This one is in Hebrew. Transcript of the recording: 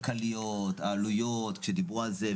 הכלכליות, העלויות שדיברו על זה.